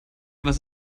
was